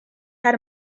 had